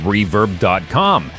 Reverb.com